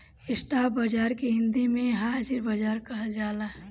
spot बाजार के हिंदी में हाजिर बाजार कहल जाला